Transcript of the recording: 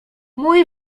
mój